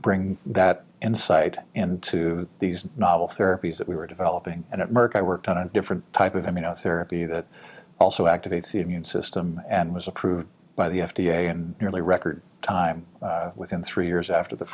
bring that insight into these novel therapies that we were developing and at merck i worked on a different type of i mean a therapy that also activates the immune system and was approved by the f d a and nearly record time within three years after the